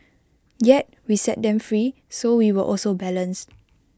yet we set them free so we were also balanced